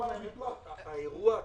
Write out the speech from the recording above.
ולתת למשפחות האלה את הרוגע הזה.